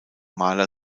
mahler